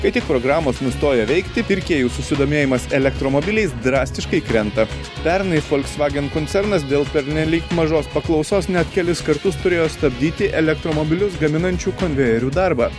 kai tik programos nustoja veikti pirkėjų susidomėjimas elektromobiliais drastiškai krenta pernai folksvagen koncernas dėl pernelyg mažos paklausos net kelis kartus turėjo stabdyti elektromobilius gaminančių konvejerių darbą